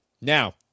Now